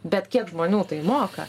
bet kiek žmonių tai moka